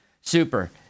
Super